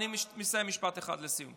אני מסיים, משפט אחד לסיום.